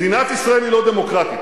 מדינת ישראל היא לא דמוקרטית.